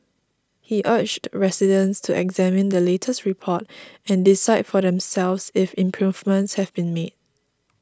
he urged residents to examine the latest report and decide for themselves if improvements have been made